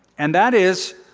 and that is,